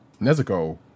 Nezuko